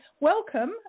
welcome